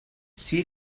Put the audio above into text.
see